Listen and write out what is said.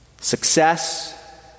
Success